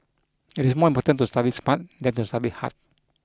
it is more important to study smart than to study hard